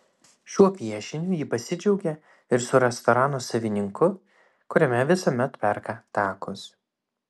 šiuo piešiniu ji pasidžiaugė ir su restorano savininku kuriame visuomet perka takus